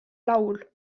laul